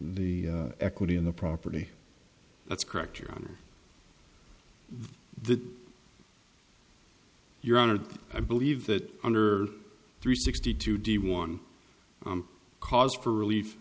the the equity in the property that's correct your honor the your honor i believe that under three sixty two d one cause for relief